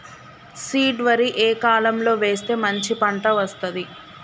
Seed వరి ఏ కాలం లో వేస్తే మంచి పంట వస్తది?